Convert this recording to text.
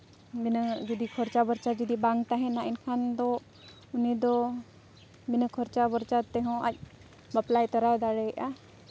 ᱵᱤᱱᱟᱹ ᱠᱷᱚᱨᱪᱟᱼᱵᱚᱨᱪᱟ ᱡᱩᱫᱤ ᱵᱟᱝ ᱛᱟᱦᱮᱱᱟ ᱢᱮᱱᱠᱷᱟᱱ ᱫᱚ ᱩᱱᱤ ᱫᱚ ᱵᱤᱱᱟᱹ ᱠᱷᱚᱨᱪᱟᱼᱵᱚᱨᱪᱟ ᱛᱮᱦᱚᱸ ᱟᱡ ᱵᱟᱯᱞᱟᱭ ᱛᱚᱨᱟᱣ ᱫᱟᱲᱮᱭᱟᱜᱼᱟ